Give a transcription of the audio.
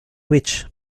which